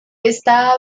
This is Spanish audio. esta